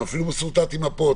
אפילו היא משורטטת עם מפות,